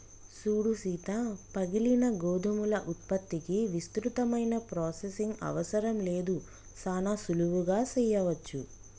సూడు సీత పగిలిన గోధుమల ఉత్పత్తికి విస్తృతమైన ప్రొసెసింగ్ అవసరం లేదు సానా సులువుగా సెయ్యవచ్చు